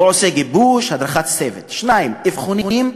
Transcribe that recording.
הוא עושה גיבוש, הדרכת צוות, 2. אבחונים.